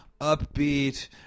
upbeat